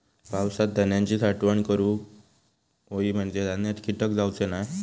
पावसात धान्यांची साठवण कशी करूक होई म्हंजे धान्यात कीटक जाउचे नाय?